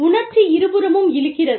உணர்ச்சி இருபுறமும் இழுக்கிறது